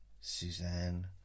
Suzanne